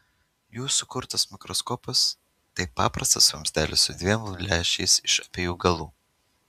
jų sukurtas mikroskopas tai paprastas vamzdelis su dviem lęšiais iš abiejų galų